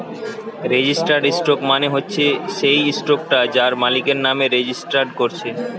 registered stock মানে হচ্ছে যেই স্টকটা তার মালিকের নামে রেজিস্টার কোরছে